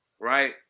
right